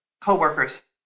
coworkers